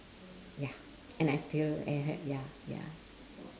ya and I still ya ya